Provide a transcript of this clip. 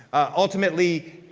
ultimately,